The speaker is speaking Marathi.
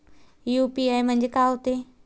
यू.पी.आय म्हणजे का होते?